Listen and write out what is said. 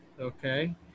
Okay